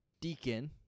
deacon